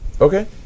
Okay